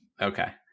Okay